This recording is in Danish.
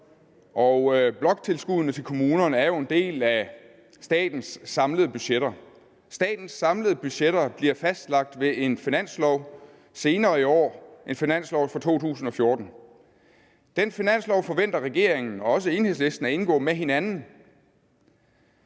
bloktilskuddene til kommunerne er jo en del af statens samlede budgetter. Statens samlede budgetter bliver fastlagt i en finanslov senere i år, en finanslov for 2014. Den finanslov forventer regeringen og også Enhedslisten at indgå med hinanden,